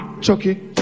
Chucky